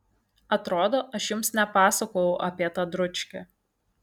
atrodo aš jums nepasakojau apie tą dručkę